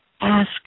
Ask